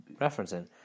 referencing